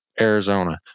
Arizona